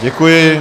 Děkuji.